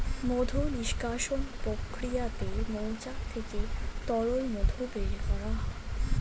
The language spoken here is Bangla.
মধু নিষ্কাশণ প্রক্রিয়াতে মৌচাক থেকে তরল মধু বের করা হয়